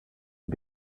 and